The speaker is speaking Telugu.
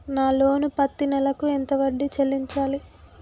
నా లోను పత్తి నెల కు ఎంత వడ్డీ చెల్లించాలి?